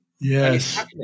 Yes